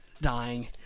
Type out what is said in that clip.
dying